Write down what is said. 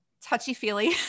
touchy-feely